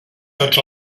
tots